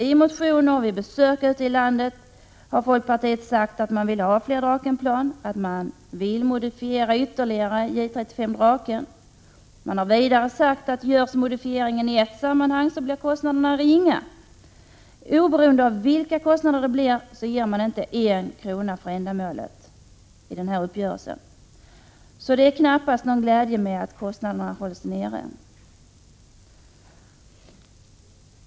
I motioner och vid besök ute i landet har man från folkpartiet sagt att man vill ha fler Drakenplan och att man vill ytterligare modifiera J 35 Draken. Man har vidare sagt att om modifieringen görs i ett sammanhang, så blir kostnaderna ringa. Men oberoende av vilka kostnader det blir ger man inte en krona för ändamålet i uppgörelsen. Då är det knappast någon glädje med att kostnaderna hålls nere.